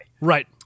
right